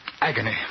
Agony